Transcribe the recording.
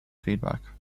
feedback